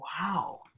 Wow